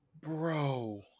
Bro